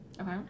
Okay